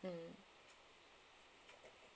mm